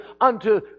unto